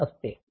9 असते